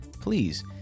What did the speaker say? Please